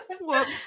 Whoops